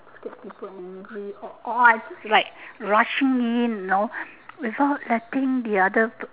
take people laundry or I just like rushing in you know without letting the other